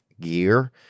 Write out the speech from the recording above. gear